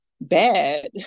bad